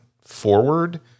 forward